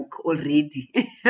already